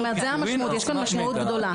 יש כאן משמעות גדולה.